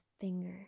finger